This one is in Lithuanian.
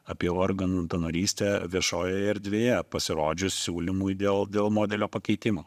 apie organų donorystę viešojoje erdvėje pasirodžius siūlymui dėl dėl modelio pakeitimo